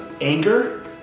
anger